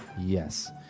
Yes